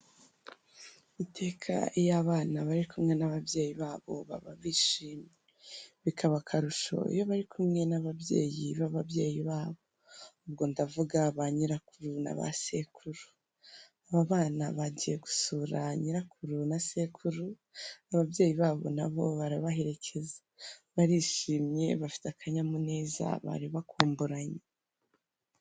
Iteka iyo abana bari kumwe n'ababyeyi babo baba bishimye. Bikaba akarusho iyo bari kumwe n'ababyeyi b'ababyeyi babo. Ubwo ndavuga ba nyirakuru na ba sekuru. Aba bana bagiye gusura nyirakuru na sekuru, ababyeyi babo nabo barabaherekeza. Barishimye bafite akanyamuneza bari bakumburanye.